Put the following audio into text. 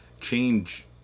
change